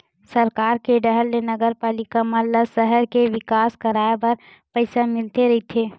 सरकार के डाहर ले नगरपालिका मन ल सहर के बिकास कराय बर पइसा मिलते रहिथे